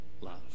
love